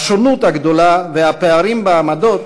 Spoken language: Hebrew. השונות הגדולה והפערים בעמדות,